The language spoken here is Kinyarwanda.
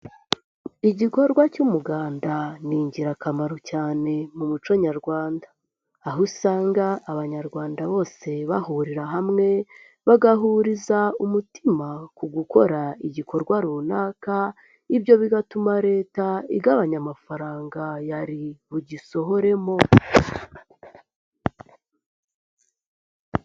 Igikorwa cy'umuganda ni ingirakamaro cyane mu muco nyarwanda. Aho usanga abanyarwanda bose bahurira hamwe, bagahuriza umutima ku gukora igikorwa runaka, ibyo bigatuma leta igabanya amafaranga yari bugisohoremo.